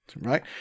right